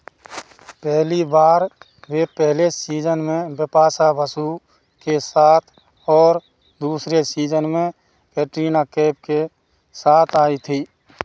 पहली बार वह पहले सीज़न में बिपाशा बसु के साथ और दूसरे सीज़न में कैटरीना कैफ़ के साथ आई थी